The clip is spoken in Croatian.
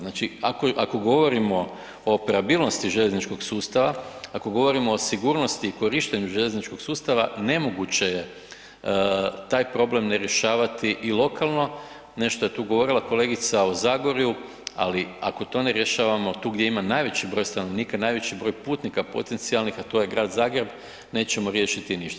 Znači ako govorimo o operabilnosti željezničkog sustava, ako govorimo o sigurnosti i korištenju željezničkog sustava, nemoguće je taj problem ne rješavati i lokalno, ne što je tu govorila kolega u Zagorju ali ako to ne rješavamo tu gdje ima najveći broj stanovnika, najveći broj putnika potencijalnih a to je grad Zagreb, nećemo riješiti ništa.